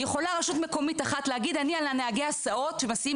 רשות מקומית אחת יכולה להגיד "על נהגי ההסעות שמסיעים